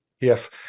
Yes